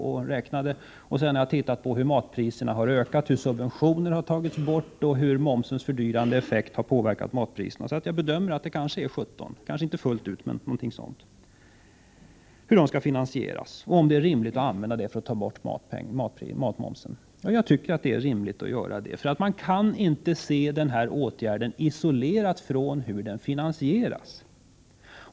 Men jag har sedan tittat på hur matpriserna har ökat, subventionerna har tagits bort och på hur momsens fördyrande effekt har påverkat matpriserna. Därför har jag kommit fram till 17 miljarder, kanske inte fullt ut, men någonting åt det hållet. Hur skall detta då finansieras? Är det rimligt att använda dessa till att ta bort matmomsen? Jag tycker att det är rimligt att göra det, för man kan inte se den här åtgärden isolerad från hur den finansieras.